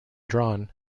drawn